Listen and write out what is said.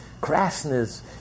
crassness